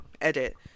edit